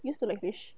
used to like fish